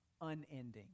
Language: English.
unending